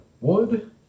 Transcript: wood